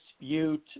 dispute